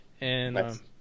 and-